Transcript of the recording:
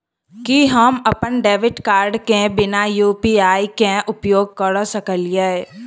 की हम अप्पन debit card केँ बिना यु.पी.आई केँ उपयोग करऽ सकलिये?